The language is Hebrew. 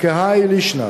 כהאי לישנא: